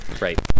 Right